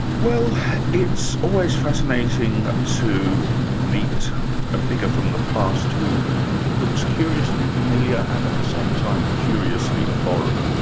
well it's always fascinating to meet a figure from the past who looks curiously familiar and at the same time curiously foreign.